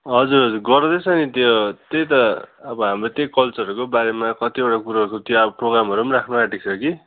हजुर हजुर गर्दैछ नि त्यो त्यही त हाम्रो त्यही कल्चरहरूको बारेमा कतिवटा कुरो त्यो प्रोग्रामहरू पनि राख्न आँटेको छ कि